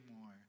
more